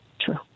true